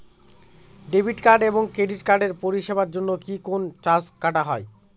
Debit card এবং credit কার্ডের পরিষেবার জন্য কি কোন চার্জ কাটা হয়?